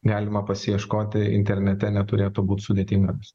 galima pasiieškoti internete neturėtų būt sudėtinga rast